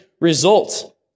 result